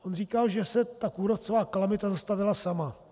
Ten říkal, že se kůrovcová kalamita zastavila sama.